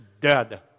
dead